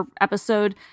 episode